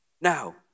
Now